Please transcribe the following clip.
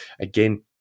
again